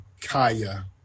Kaya